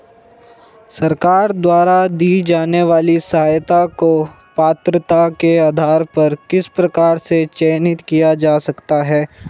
सरकार द्वारा दी जाने वाली सहायता को पात्रता के आधार पर किस प्रकार से चयनित किया जा सकता है?